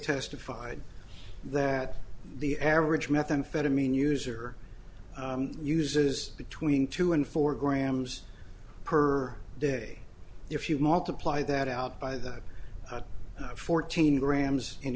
testified that the average methamphetamine user uses between two and four grams per day if you multiply that out by that fourteen grams in